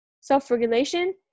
Self-regulation